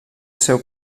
seu